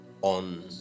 on